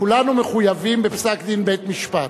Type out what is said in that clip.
כולנו מחויבים בפסק-דין בית-משפט.